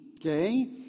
okay